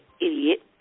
idiot